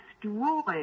destroyed